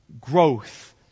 growth